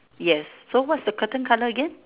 yes so what's the curtain colour again